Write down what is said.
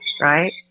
right